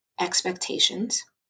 expectations